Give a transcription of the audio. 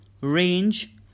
Range